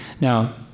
Now